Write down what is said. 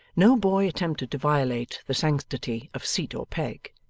no boy attempted to violate the sanctity of seat or peg,